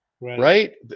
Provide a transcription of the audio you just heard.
right